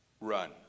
run